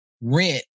rent